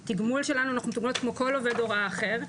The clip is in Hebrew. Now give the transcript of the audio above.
לגבי התגמול שלנו אנחנו מתוגמלות כמו כל עובד הוראה אחר,